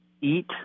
eat